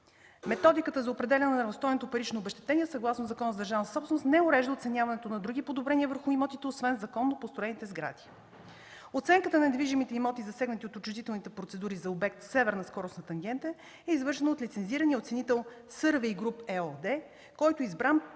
Методиката за определяне на равностойното парично обезщетение, съгласно Закона за държавната собственост, не урежда оценяването на други подобрения върху имотите, освен законно построените сгради. Оценката на недвижимите имоти, засегнати от отчуждителните процедури за обект Северна скоростна тангента, е извършено от лицензирания оценител „Сървей груп” ЕООД, който е избран